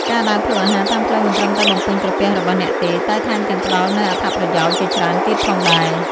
ការដើរភ្លក្សអាហារតាមផ្លូវមិនត្រឹមតែបំពេញក្រពះរបស់អ្នកទេ តែថែមទាំងផ្តល់នូវអត្ថប្រយោជន៍ជាច្រើនទៀតផងដែរ ។